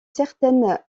certaine